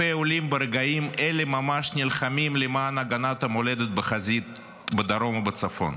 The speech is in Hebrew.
ברגעים אלה ממש אלפי עולים נלחמים למען הגנת המולדת בחזית בדרום ובצפון.